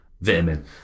vitamin